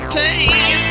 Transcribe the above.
pain